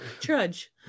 Trudge